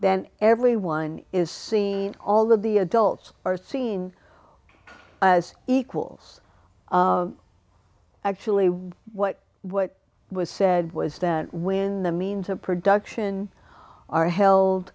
then everyone is seen all of the adults are seen as equals actually what what was said was that when the means of production are held